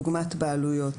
כדוגמת בעלויות,